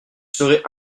serez